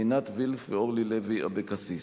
עינת וילף ואורלי לוי אבקסיס.